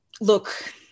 look